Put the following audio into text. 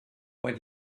when